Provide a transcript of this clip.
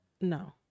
No